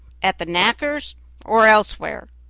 at the knacker's or elsewhere.